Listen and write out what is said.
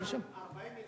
אבל 40 מיליון שקל גירעון.